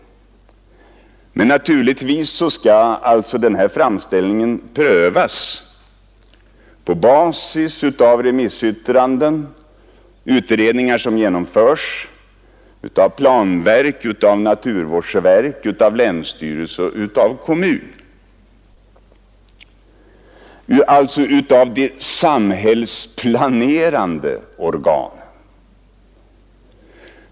Men naturligtvis skall framställningen prövas på basis av remissyttranden och av utredningar som genomförs av planverk, av naturvårdsverk, av länsstyrelse och av kommun, dvs. av de samhällsplanerande organen.